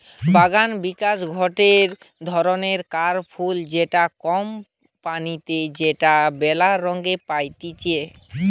বাগানবিলাস গটে ধরণকার ফুল যেটা কম পানিতে যেটা মেলা রঙে পাইতিছি